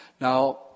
Now